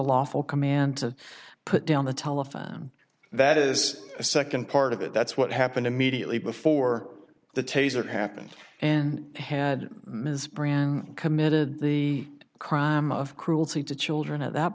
lawful command to put down the telephone that is a second part of it that's what happened immediately before the taser happened and had ms brin committed the crime of cruelty to children at that